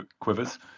quivers